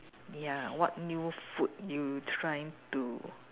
ya what new food you try to